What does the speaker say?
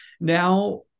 Now